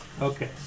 Okay